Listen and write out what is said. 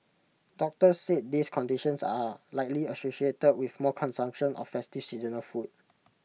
doctors said these conditions are likely associated with more consumption of festive seasonal food